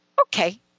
Okay